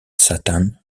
satan